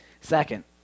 Second